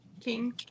king